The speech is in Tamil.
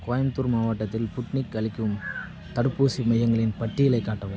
கோயம்புத்தூர் மாவட்டத்தில் புட்னிக் அளிக்கும் தடுப்பூசி மையங்களின் பட்டியலைக் காட்டவும்